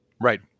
Right